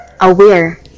aware